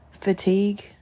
Fatigue